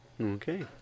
Okay